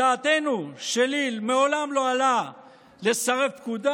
בדעתנו, שלי, מעולם לא עלה לסרב פקודה.